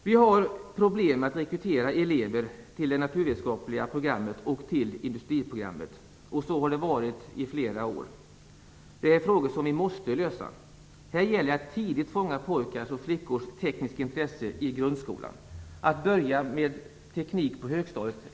Det råder problem med att rekrytera elever till det naturvetenskapliga programmet och industriprogrammet. Så har det varit i flera år. Det är problem som måste lösas. Här gäller det att tidigt i grundskolan fånga pojkars och flickors tekniska intresse. Det är för sent att börja med ämnet teknik på högstadiet.